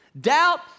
Doubt